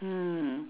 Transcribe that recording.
mm